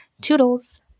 Toodles